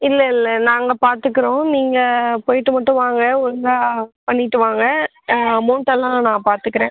இல்லை இல்லை நாங்கள் பார்த்துக்குறோம் நீங்கள் போயிவிட்டு மட்டும் வாங்க ஒழுங்காக பண்ணிவிட்டு வாங்க அமௌண்ட்டெல்லாம் நான் பார்த்துக்குறேன்